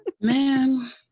man